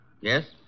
Yes